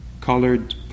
colored